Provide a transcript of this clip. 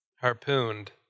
harpooned